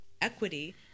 equity